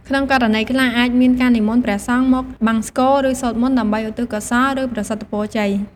ក្នុងករណីខ្លះ អាចមានការនិមន្តព្រះសង្ឃមកបង្សុកូល ឬសូត្រមន្តដើម្បីឧទ្ទិសកុសល ឬប្រសិទ្ធពរជ័យ។